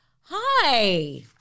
Hi